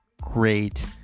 Great